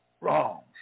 wrongs